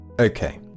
Okay